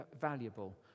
valuable